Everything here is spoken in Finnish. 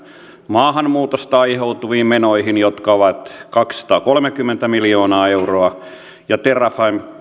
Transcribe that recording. maahanmuutosta aiheutuviin menoihin jotka ovat kaksisataakolmekymmentä miljoonaa euroa terrafame